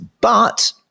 But-